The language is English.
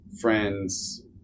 friends